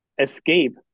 escape